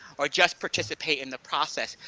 or, just participate in the process,